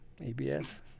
ABS